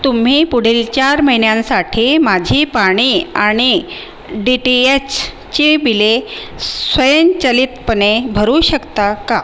तुम्ही पुढील चार महिन्यांसाठी माझी पाणी आणि डी टी एचची बिले स्वयंचलितपणे भरू शकता का